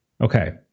Okay